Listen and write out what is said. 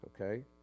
Okay